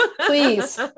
Please